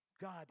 God